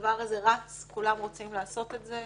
הדבר הזה רץ וכולם רוצים לעשות את זה.